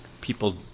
people